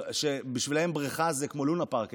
שבשבילם בריכה זה כמו לונה פארק,